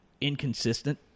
inconsistent